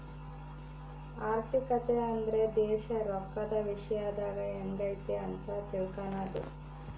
ಆರ್ಥಿಕತೆ ಅಂದ್ರೆ ದೇಶ ರೊಕ್ಕದ ವಿಶ್ಯದಾಗ ಎಂಗೈತೆ ಅಂತ ತಿಳ್ಕನದು